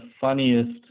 funniest